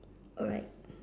alright